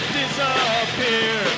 disappear